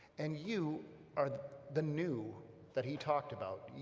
and you are the new that he talked about,